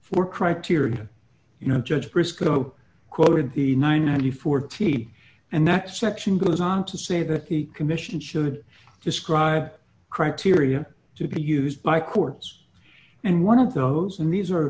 for criteria you know judge briscoe quoted the ninety four team and that section goes on to say that the commission should describe criteria to be used by courts and one of those and these are